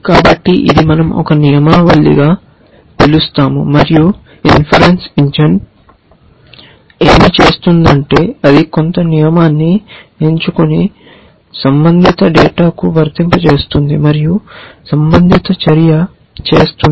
కాబట్టి ఇది మనం ఒక నియమావళిగా పిలుస్తాము మరియు ఇన్ఫరన్స ఇంజిన్ ఏమి చేస్తుందంటే అది కొంత నియమాన్ని ఎంచుకొని సంబంధిత డేటాకు వర్తింపజేస్తుంది మరియు సంబంధిత చర్య చేస్తుంది